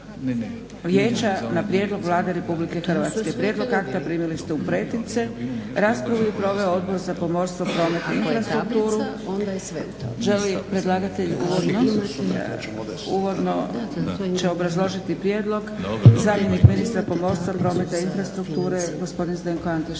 vijeća na prijedlog Vlade RH. Prijedlog akta primili ste u pretince. Raspravu je proveo Odbor za pomorstvo, promet i infrastrukture. Želi li predlagatelj uvodno će obrazložiti prijedlog. Zamjenik ministra pomorstva, prometa i infrastrukture gospodin Zdenko Antešić.